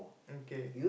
okay